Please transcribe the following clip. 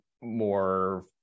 more